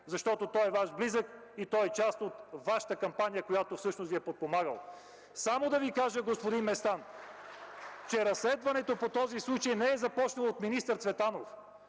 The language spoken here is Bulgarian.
защото той е Ваш близък и е част от Вашата кампания, която всъщност Ви е подпомагала? (Ръкопляскания от ГЕРБ.) Само да Ви кажа, господин Местан, че разследването по този случай не е започнало от министър Цветанов.